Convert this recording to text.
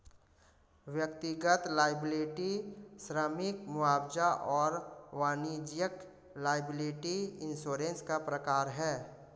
व्यक्तिगत लॉयबिलटी श्रमिक मुआवजा और वाणिज्यिक लॉयबिलटी इंश्योरेंस के प्रकार हैं